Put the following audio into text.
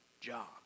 job